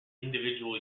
individual